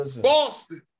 Boston